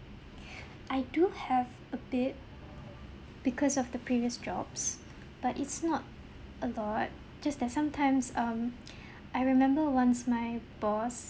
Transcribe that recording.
I do have a bit because of the previous jobs but it's not a lot just that sometimes um I remember once my boss